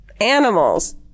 Animals